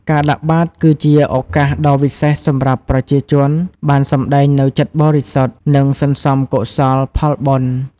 ការដាក់បាតគឺជា ឱកាសដ៏វិសេសសម្រាប់ប្រជាជនបានសម្តែងនូវចិត្តបរិសុទ្ធ និងសន្សំកុសលផលបុណ្យ។